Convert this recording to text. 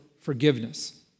forgiveness